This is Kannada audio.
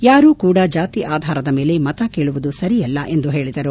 ಯಾರೂ ಕೂಡ ಜಾತಿ ಆಧಾರದ ಮೇಲೆ ಮತ ಕೇಳುವುದು ಸರಿಯಲ್ಲ ಎಂದು ಹೇಳಿದರು